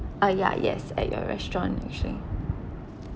ah ya yes at your restaurant actually